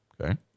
Okay